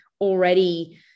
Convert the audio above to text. already